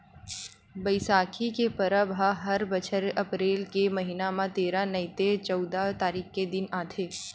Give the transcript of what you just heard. बइसाखी के परब ह हर बछर अपरेल के महिना म तेरा नइ ते चउदा तारीख के दिन आथे